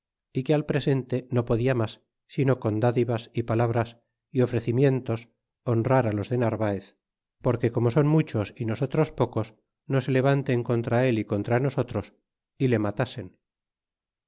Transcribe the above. é que al presente no podia mas sino con dádivas y palabras y ofrecimientos honrar á los de narvaez porque como son muchos y nosotros pocos no se levanten contra él y contra nosotros y lematasen